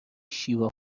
شیوا